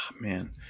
man